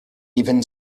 even